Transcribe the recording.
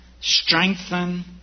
strengthen